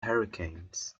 hurricanes